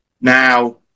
now